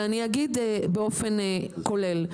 אבל אני אגיד באופן כולל.